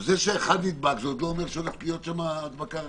זה שאחד נדבק עוד לא אומר שהולכת להיות שם הדבקה רחבה,